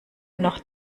noch